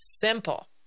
simple